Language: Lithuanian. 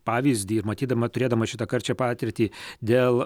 pavyzdį ir matydama turėdama šitą karčią patirtį dėl